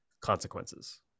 consequences